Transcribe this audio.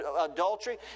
adultery